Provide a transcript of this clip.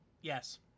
Yes